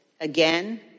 again